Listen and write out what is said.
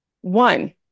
One